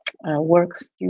works